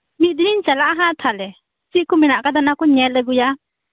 ᱢᱤᱫ ᱫᱤᱱ ᱦᱟᱜ ᱤᱧ ᱪᱟᱞᱟᱜᱼᱟ ᱛᱟᱦᱚᱞᱮ ᱪᱮᱫ ᱠᱚ ᱢᱮᱱᱟᱜ ᱟᱠᱟᱫᱟ ᱚᱱᱟᱠᱩᱧ ᱧᱮᱞ ᱟᱹᱜᱩᱭᱟ